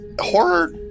Horror